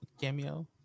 cameo